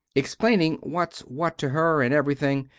explaning whats what to her and every thing.